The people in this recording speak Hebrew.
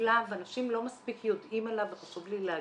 נפלא ואנשים לא מספיק יודעים עליו וחשוב לי להגיד.